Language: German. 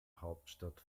hauptstadt